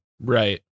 right